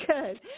good